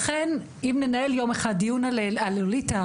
לכן אם ננהל יום אחד דיון על "לוליטה",